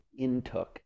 intook